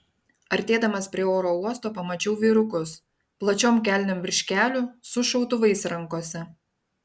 artėdamas prie oro uosto pamačiau vyrukus plačiom kelnėm virš kelių su šautuvais rankose